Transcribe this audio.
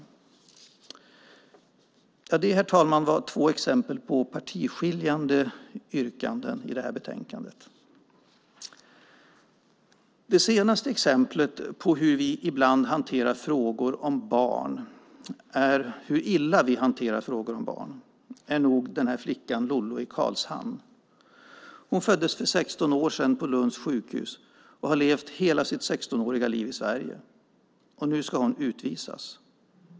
Detta är, herr talman, två exempel på partiskiljande yrkanden i betänkandet. Det senaste exemplet på hur illa vi ibland hanterar frågor om barn är nog flickan Lollo i Karlshamn. Hon föddes för 16 år sedan på Lunds sjukhus och har levt hela sitt 16-åriga liv i Sverige. Nu ska hon utvisas.